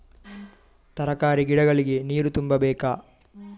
ತರಕಾರಿ ಗಿಡಗಳಿಗೆ ನೀರು ತುಂಬಬೇಕಾ?